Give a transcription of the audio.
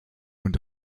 und